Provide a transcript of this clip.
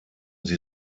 sie